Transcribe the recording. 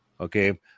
okay